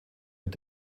mit